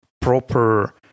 proper